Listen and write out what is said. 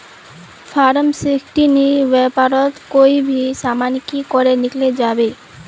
Form sixteen ई व्यापारोत कोई भी सामान की करे किनले जाबे?